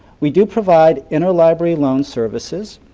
we do provide inner library loan services.